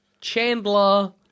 Chandler